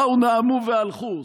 באו, נאמו והלכו.